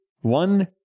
one